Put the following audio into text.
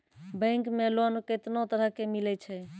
Bank मे loan कैतना तरह के मिलै छै?